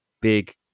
big